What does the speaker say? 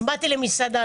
באתי למסעדה,